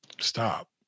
stop